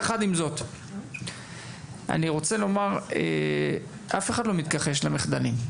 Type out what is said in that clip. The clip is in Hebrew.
עם זאת, אני רוצה לומר שאף אחד לא מתכחש למחדלים,